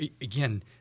Again